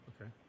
Okay